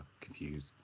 confused